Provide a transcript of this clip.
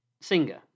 singer